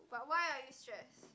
but why are you stressed